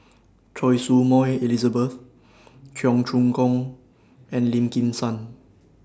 Choy Su Moi Elizabeth Cheong Choong Kong and Lim Kim San